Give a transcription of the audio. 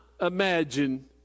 imagine